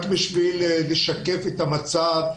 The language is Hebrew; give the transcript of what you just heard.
רק כדי לשקף את המצב,